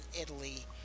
Italy